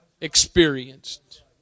experienced